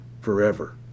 forever